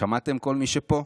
שמעתם כל מי שפה?